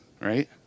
right